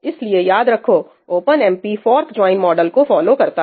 इसलिए याद रखो ओपनमपी फॉर्क ज्वाइन मॉडल को फॉलो करता है